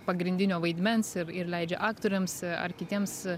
pagrindinio vaidmens ir ir leidžia aktoriams ar kitiems